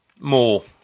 More